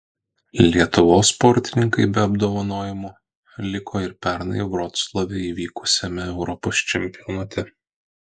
lietuvos sportininkai be apdovanojimų liko ir pernai vroclave įvykusiame europos čempionate